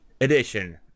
edition